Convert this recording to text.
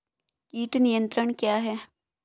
कीट नियंत्रण क्या है?